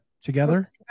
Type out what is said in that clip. together